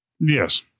yes